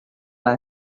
les